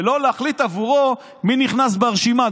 ולא להחליט בעבורו מי נכנס לרשימה.